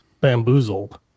bamboozled